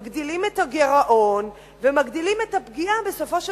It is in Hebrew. מגדילים את הגירעון ומגדילים את הפגיעה בסופו של